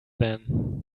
then